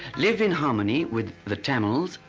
live in harmony with the tamils,